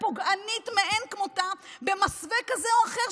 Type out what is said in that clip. פוגענית מאין כמותה במסווה כזה או אחר.